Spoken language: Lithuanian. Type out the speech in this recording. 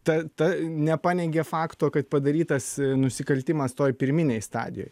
ta ta nepaneigė fakto kad padarytas nusikaltimas toj pirminėj stadijoj